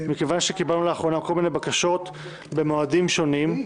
מכיוון שקיבלנו לאחרונה כל מיני בקשות במועדים שונים,